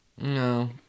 No